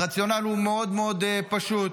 הרציונל הוא מאוד מאוד פשוט: